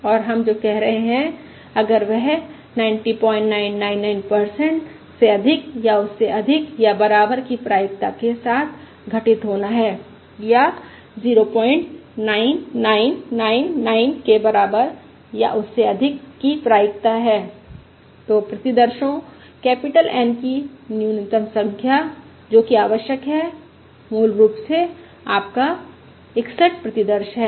और हम जो कह रहे हैं अगर वह 9999 से अधिक या उससे अधिक या बराबर की प्रायिकता के साथ घटित होना है या 09999 के बराबर या उससे अधिक की प्रायिकता है तो प्रतिदर्शो कैपिटल N की न्यूनतम संख्या जोकि आवश्यक है मूल रूप से आपका 61 प्रतिदर्श है